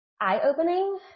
eye-opening